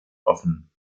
offen